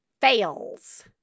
Fails